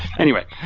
anyway.